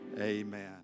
Amen